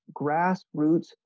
grassroots